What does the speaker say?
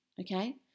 Okay